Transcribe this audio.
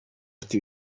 ufite